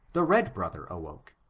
the red brother awoke,